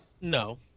No